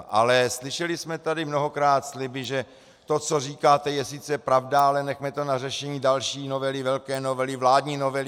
Ale slyšeli jsme tady mnohokrát sliby, že to, co říkáte, je sice pravda, ale nechme to na řešení další novely, velké novely, vládní novely atd. atd.